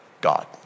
God